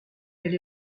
elle